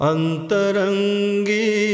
Antarangi